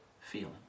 feeling